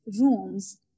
rooms